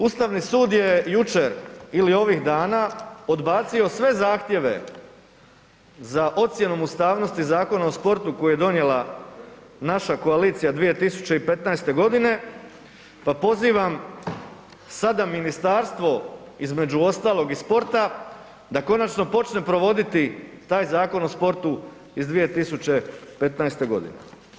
Ustavni sud je jučer ili ovih dana odbacio sve zahtjeve za ocjenu ustavnosti Zakona o sportu koji je donijela naša koalicija 2015. g. pa pozivam sada ministarstvo između ostalog i sporta, da konačno počne provoditi taj Zakon o sportu iz 2015. godine.